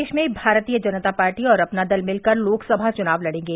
प्रदेश में भारतीय जनता पार्टी और अपना दल मिलकर लोकसभा चुनाव लड़ेंगे